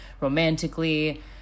romantically